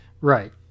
Right